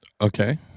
Okay